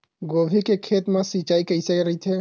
गोभी के खेत मा सिंचाई कइसे रहिथे?